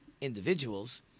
individuals